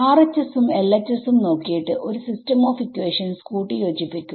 RHS ഉം LHS ഉം നോക്കിയിട്ട് ഒരു സിസ്റ്റം ഓഫ് ഇക്വേഷൻസ് കൂട്ടിയോജിപ്പിക്കുക